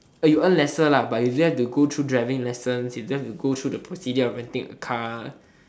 and you earn lesser lah but you don't have to go through driving lesson you don't have to go through the procedure of renting a car